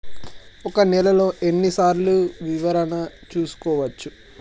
ఒక నెలలో ఎన్ని సార్లు వివరణ చూసుకోవచ్చు?